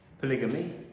polygamy